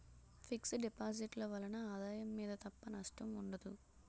fix deposit ల వలన ఆదాయం మీద తప్ప నష్టం ఉండదు